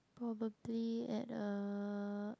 probably at a